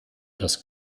das